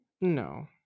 No